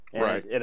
Right